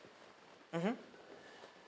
mmhmm